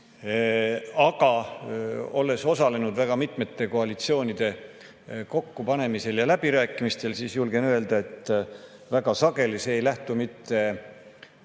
Aga olles osalenud väga mitmete koalitsioonide kokkupanemisel ja läbirääkimistel, julgen öelda, et väga sageli ei lähtu see